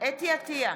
חוה אתי עטייה,